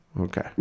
Okay